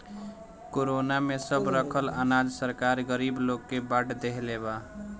corona में सब रखल अनाज सरकार गरीब लोग के बाट देहले बा